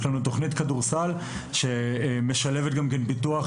יש לנו תכנית כדורסל שמשלבת גם פיתוח